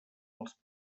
als